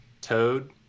Toad